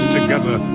together